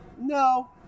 No